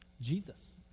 Jesus